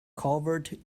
covered